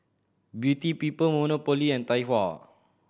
Beauty People Monopoly and Tai Hua